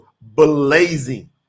blazing